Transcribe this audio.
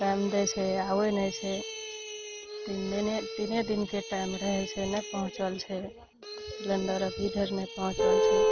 time दै छै आबय नहि छै तीन दिने तीने दिनके टाइम रहय छै नहि पहुँचल छै सिलेंडर अभी इधर नहि पहुँचल छै